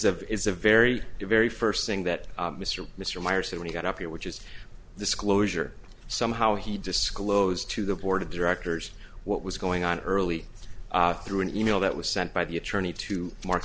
of is a very very first thing that mr mr myers said when he got up here which is this closure somehow he disclosed to the board of directors what was going on early through an e mail that was sent by the attorney to mark